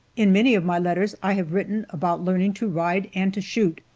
in many of my letters i have written about learning to ride and to shoot,